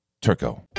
Turco